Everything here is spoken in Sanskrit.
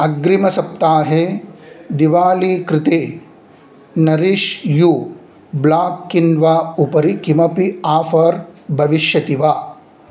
अग्रिमसप्ताहे दिवालीकृते नरिश् यू ब्लाक् किन्वा उपरि किमपि आफ़र् भविष्यति वा